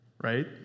right